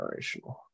generational